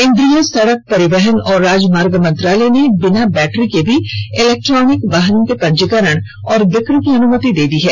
केंद्रीय सड़क परिवहन और राजमार्ग मंत्रालय ने बिना बैटरी के भी इलेक्ट्रिक वाहनों के पंजीकरण और बिक्री की अनुमति दे दी है